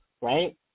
right